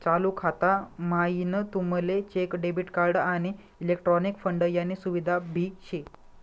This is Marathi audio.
चालू खाता म्हाईन तुमले चेक, डेबिट कार्ड, आणि इलेक्ट्रॉनिक फंड यानी सुविधा भी शे